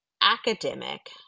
academic